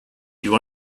you